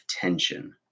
tension